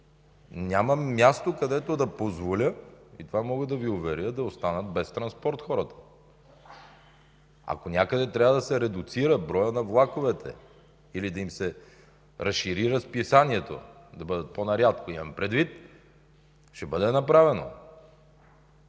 Няма място, където да позволя, и в това мога да Ви уверя, хората да останат без транспорт. Ако някъде трябва да се редуцира броят на влаковете или да им се разшири разписанието – да бъдат по-нарядко имам предвид, ще бъде направено.